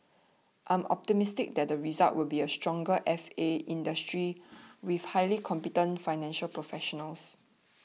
I am optimistic that the result will be a stronger F A industry with highly competent financial professionals